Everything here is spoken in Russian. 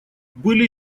были